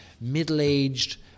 middle-aged